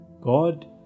God